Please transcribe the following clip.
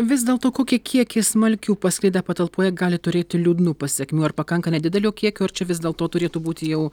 vis dėlto kokį kiekį smalkių pasklidę patalpoje gali turėti liūdnų pasekmių ar pakanka nedidelio kiekio ar čia vis dėlto turėtų būti jau